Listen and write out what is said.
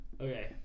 okay